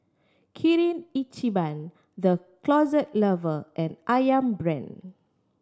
Kirin Ichiban The Closet Lover and Ayam Brand